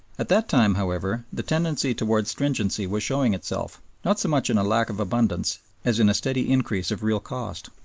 at that time, however, the tendency towards stringency was showing itself, not so much in a lack of abundance as in a steady increase of real cost.